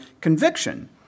conviction